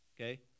okay